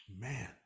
Man